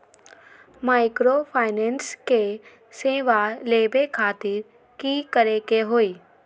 Microfinance के सेवा लेबे खातीर की करे के होई?